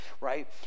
right